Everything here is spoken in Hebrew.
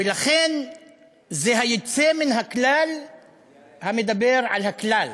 ולכן זה היוצא מן הכלל המדבר על הכלל.